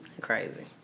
Crazy